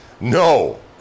No